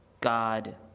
God